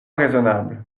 raisonnable